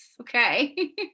okay